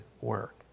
work